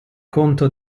conto